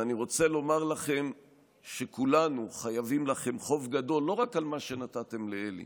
ואני רוצה לומר לכם שכולנו חייבים לכם חוב גדול לא רק על מה שנתתם לאלי